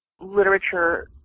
literature